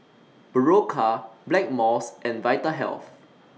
Berocca Blackmores and Vitahealth